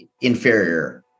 inferior